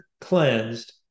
cleansed